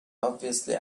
obviously